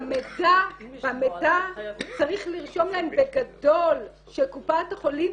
במידע צריך לרשום להן בגדול שקופת החולים